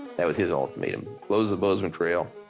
that was his ultimatum, close the bozeman trail,